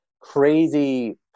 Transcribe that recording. crazy